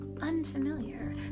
unfamiliar